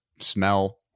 Smell